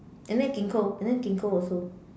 and then ginkgo and then ginkgo also